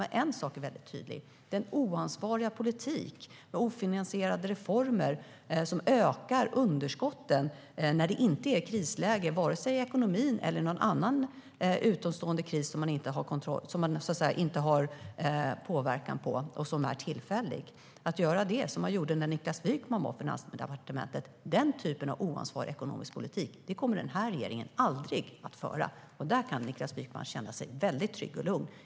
Men en sak är väldigt tydlig: Den oansvariga politik som fördes med ofinansierade reformer som ökar underskotten när det inte är krisläge, vare sig i ekonomin eller någon annan tillfällig kris som man inte kan påverka, som fördes när Niklas Wykman var på Finansdepartementet kommer den här regeringen aldrig att föra. Där kan Niklas Wykman känna sig väldigt trygg och lugn.